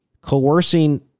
coercing